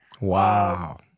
Wow